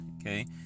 okay